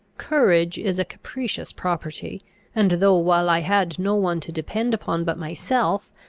courage is a capricious property and, though while i had no one to depend upon but myself,